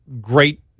great